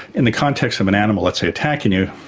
in the context of an animal let's say attacking you,